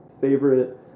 Favorite